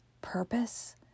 purpose